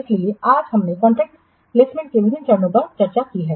इसलिए आज हमने कॉन्ट्रैक्ट प्लेसमेंट में विभिन्न चरणों पर चर्चा की है